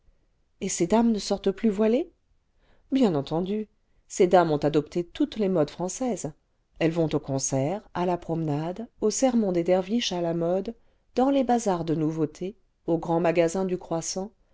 et ces dames ne sortent plus voilées bien entendu ces dames ont adopté toutes les modes françaises elles vont au concert à la promenade aux sermons des derviches à la mode dans les bazars de nouveautés aux grands magasins du croissant